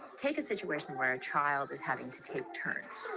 take a situation where a child is having to take turns